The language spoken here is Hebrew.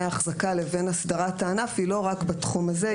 ההחזקה לבין הסדרת הענף היא לא רק בתחום הזה,